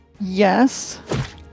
Yes